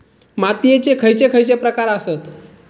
मातीयेचे खैचे खैचे प्रकार आसत?